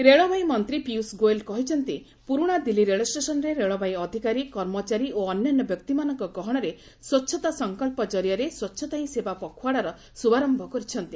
ସ୍ପଚ୍ଛତା ଗୋୟଲ ରେଳବାଇ ମନ୍ତ୍ରୀ ପିୟୁଷ ଗୋୟଲ କହିଛନ୍ତି ପୁରୁଣା ଦିଲ୍ଲୀ ରେଳଷ୍ଟେସନରେ ରେଳବାଇ ଅଧିକାରୀ କର୍ମଚାରୀ ଓ ଅନ୍ୟାନ୍ୟ ବ୍ୟକ୍ତିମାନଙ୍କ ଗହଣରେ ସ୍ୱଚ୍ଚତା ସଙ୍କଚ୍ଚ ଜରିଆରେ ସ୍ୱଚ୍ଚତା ହି ସେବା ପଖ୍ୱାଡ଼ାର ଶ୍ରଭାରୟ କରିଛନ୍ତି